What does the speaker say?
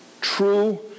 true